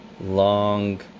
long